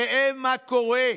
ראה מה קורה: